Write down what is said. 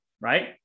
Right